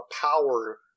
power